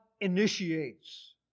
initiates